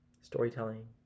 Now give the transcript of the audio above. storytelling